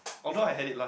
it's like